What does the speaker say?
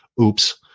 oops